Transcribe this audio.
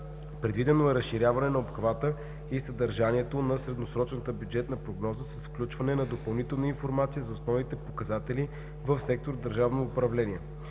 Предвидено е разширяване на обхвата и съдържанието на средносрочната бюджетна прогноза с включване на допълнителна информация за основни показатели в сектор „Държавно управление".